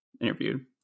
interviewed